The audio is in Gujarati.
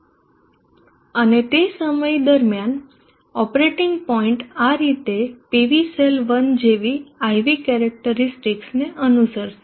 અને તે સમય દરમિયાન ઓપરેટિંગ પોઇન્ટ આ રીતે PV સેલ 1 જેવી IV કેરેક્ટરીસ્ટિકસને અનુસરશે